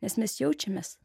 nes mes jaučiamės